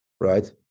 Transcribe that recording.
right